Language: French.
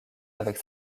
avec